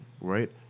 right